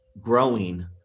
growing